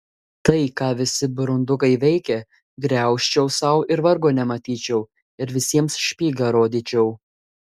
tai ką visi burundukai veikia graužčiau sau ir vargo nematyčiau ir visiems špygą rodyčiau